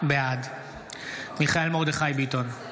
בעד מיכאל מרדכי ביטון,